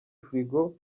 frigo